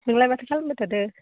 नोंलाय माथो खालामबाय थादों